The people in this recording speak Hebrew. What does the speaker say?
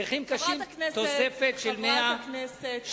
ונכים קשים תוספת של 150%. חברת הכנסת,